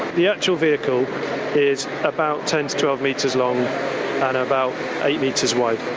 the actual vehicle is about ten to twelve metres long and about eight metres wide.